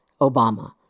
Obama